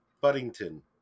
Buddington